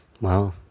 Wow